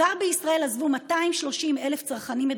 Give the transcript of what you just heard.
בישראל כבר עזבו 230,000 צרכנים את